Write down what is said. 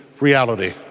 reality